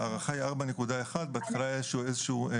ההערכה היא 4.1 מיליון שקלים.